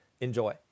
Enjoy